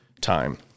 time